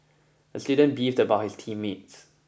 the student beefed about his team mates